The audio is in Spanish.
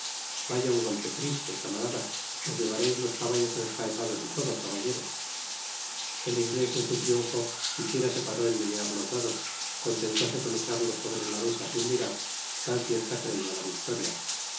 vaya un golpe triste camarada os llevareis los caballos enjaezados y todo caballero el inglés en su triunfo siquiera se paró en menear los dados contentóse con echarlos sobre la mesa sin mirar tan cierta creia la victoria